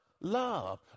love